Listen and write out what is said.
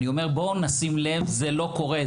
אני אומר בואו נשים לב, זה לא קורה.